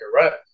correct